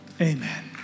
Amen